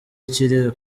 ikiri